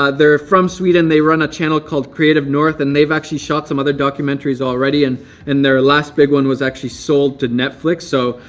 ah they're from sweden. they run a channel called creative north, and they've actually shot some other documentaries already. and and their last big one was actually sold to netflix. so,